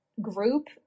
group